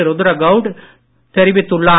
ருத்ர கவுடு தெரிவித்துள்ளார்